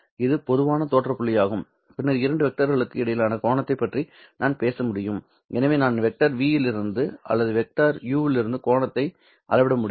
இது பொதுவான தோற்ற புள்ளியாகும் பின்னர் இரண்டு வெக்டர்களுக்கு இடையிலான கோணத்தைப் பற்றி நான் பேச முடியும் எனவே நான் வெக்டர் v இலிருந்து அல்லது வெக்டர் u இலிருந்து கோணத்தை அளவிட முடியும்